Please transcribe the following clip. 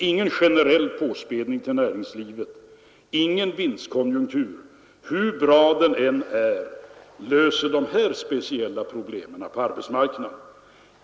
Ingen generell påspädning till näringslivet, ingen vinstkonjunktur hur bra den än är löser dessa speciella problem på arbetsmarknaden.